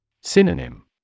Synonym